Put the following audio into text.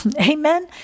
Amen